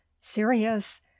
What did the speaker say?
serious